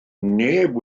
neb